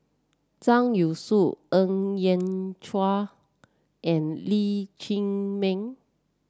Zhang Youshuo Ng Yat Chuan and Lee Chiaw Meng